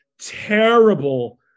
terrible